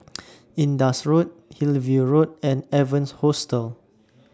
Indus Road Hillview Road and Evans Hostel